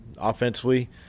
offensively